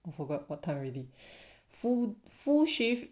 I forgot what time already full full shift